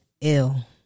ill